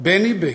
בני בגין,